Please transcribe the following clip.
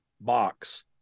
box